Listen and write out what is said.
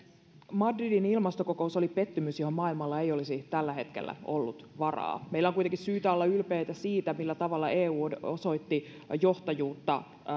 madridin ilmastokokous oli pettymys johon maailmalla ei olisi tällä hetkellä ollut varaa meillä on kuitenkin syytä olla ylpeitä siitä millä tavalla eu osoitti johtajuutta